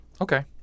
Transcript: Okay